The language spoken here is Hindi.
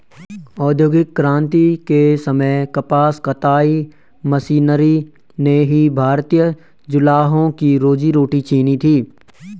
औद्योगिक क्रांति के समय कपास कताई मशीनरी ने ही भारतीय जुलाहों की रोजी रोटी छिनी थी